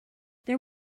there